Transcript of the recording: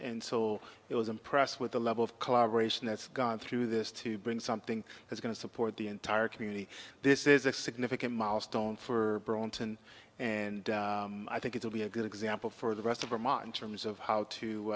and so it was impressed with the level of collaboration that's gone through this to bring something is going to support the entire community this is a significant milestone for burlington and i think it will be a good example for the rest of them on terms of how